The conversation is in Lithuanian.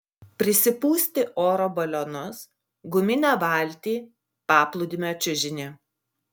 prisipūsti oro balionus guminę valtį paplūdimio čiužinį